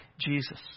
Jesus